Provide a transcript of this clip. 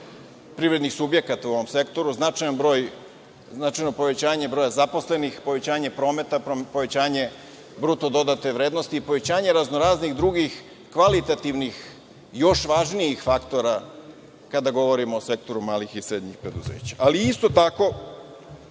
privrednih subjekata u ovom sektoru, značajno povećanje broja zaposlenih, povećanje prometa, povećanje BDV, povećanja raznih drugih kvalitativnih, još važnijih faktora kada govorimo o sektoru malih i srednjih preduzeća. Isto tako,